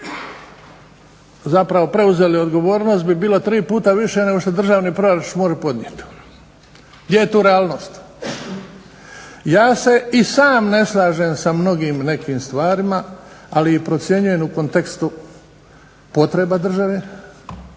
zapravo preuzeli odgovornost bi bilo tri puta više nego što državni proračun može podnijeti. Gdje je tu realnost? Ja se i sam ne slažem sa mnogim nekim stvarima, ali ih procjenjujem u kontekstu potreba države,